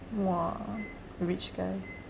!wah! rich guy